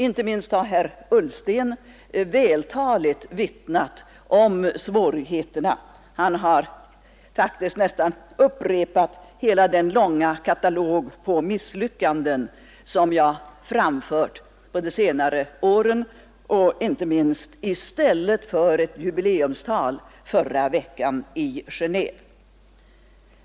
Inte minst har herr Ullsten vältaligt vittnat om svårigheterna. Han har faktiskt nästan upprepat hela den långa katalog på misslyckanden som jag framfört under de senare åren, och inte minst i stället för ett jubileumstal förra veckan i Genéve.